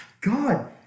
god